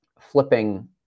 flipping